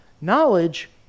Knowledge